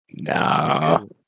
No